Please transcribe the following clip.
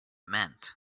meant